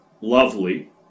lovely